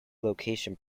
location